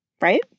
right